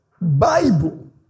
Bible